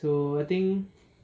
so I think